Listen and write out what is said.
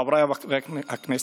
חבריי חברי הכנסת,